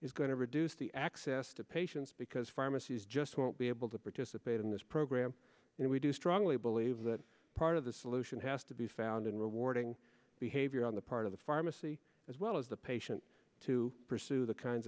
to reduce the access to patients because pharmacies just won't be able to participate in this program and we do strongly believe that part of the solution has to be found in rewarding behavior on the part of the pharmacy as well as the patient to pursue the kinds